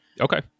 Okay